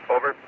Over